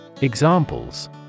Examples